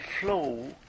flow